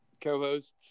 co-hosts